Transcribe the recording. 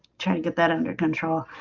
try to get that under control.